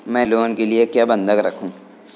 मैं लोन के लिए क्या बंधक रखूं?